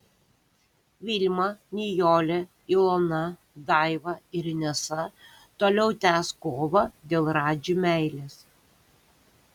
vilma nijolė ilona daiva ir inesa toliau tęs kovą dėl radži meilės